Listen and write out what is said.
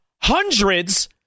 Hundreds